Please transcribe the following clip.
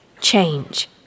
change